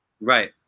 right